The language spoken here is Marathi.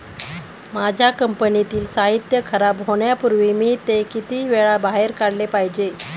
माझ्या कंपनीतील साहित्य खराब होण्यापूर्वी मी ते किती वेळा बाहेर काढले पाहिजे?